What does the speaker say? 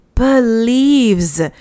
believes